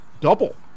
Double